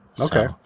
Okay